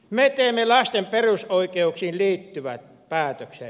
me teemme lasten perusoikeuksiin liittyvän päätöksen